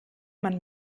man